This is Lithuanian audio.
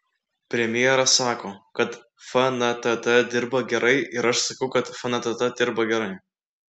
premjeras sako kad fntt dirba gerai ir aš sakau kad fntt dirba gerai